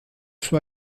soit